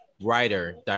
writer